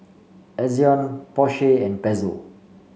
Ezion Porsche and Pezzo